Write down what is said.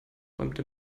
räumte